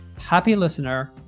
HAPPYLISTENER